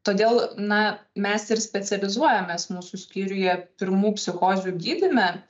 todėl na mes ir specializuojamės mūsų skyriuje pirmų psichozių gydyme